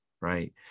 right